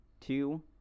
two